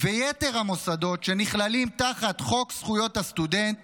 ויתר המוסדות שנכללים תחת חוק זכויות הסטודנט